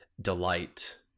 delight